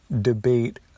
debate